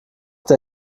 der